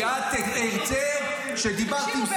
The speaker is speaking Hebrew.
כי כשדיברת עם סימון --- תקשיבו,